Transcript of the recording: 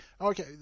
okay